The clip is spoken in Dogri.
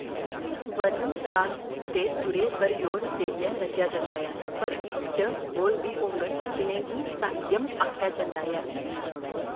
वर्णम राग दे सुरें पर जोर देई रचेआ जंदा ऐ पर इस च बोल बी होङन जि'नेंगी साहित्यम आखेआ जंदा ऐ